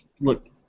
look